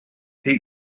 take